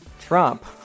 Trump